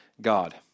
God